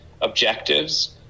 objectives